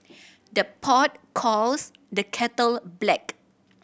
the pot calls the kettle black